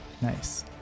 Nice